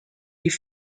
die